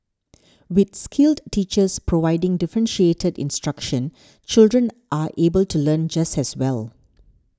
with skilled teachers providing differentiated instruction children are able to learn just as well